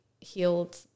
healed